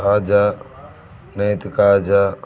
కాజా నేతి కాజా